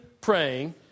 praying